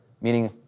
meaning